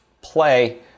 play